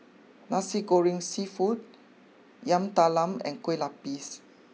Nasi Goreng Seafood Yam Talam and Kueh Lapis